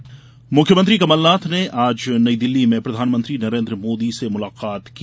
कमलनाथ मुख्यमंत्री कमलनाथ ने आज नई दिल्ली में प्रधानमंत्री नरेन्द्र मोदी से मुलाकात की